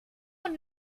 und